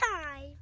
time